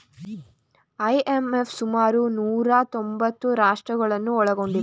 IMF ಸುಮಾರು ನೂರಾ ತೊಂಬತ್ತು ರಾಷ್ಟ್ರಗಳನ್ನು ಒಳಗೊಂಡಿದೆ